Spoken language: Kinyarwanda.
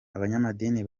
abanyamadini